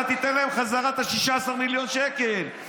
לך תשב עם האחים המוסלמים, בוגד.